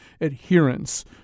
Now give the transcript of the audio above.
adherence